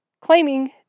claiming